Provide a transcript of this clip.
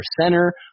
center